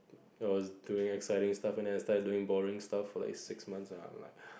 I was doing exciting stuff then I started doing boring stuff for like six months I'm like